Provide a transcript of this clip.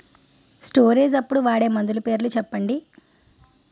Storage అప్పుడు వాడే మందులు పేర్లు చెప్పండీ?